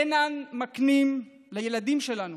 אינם מקנים לילדים שלנו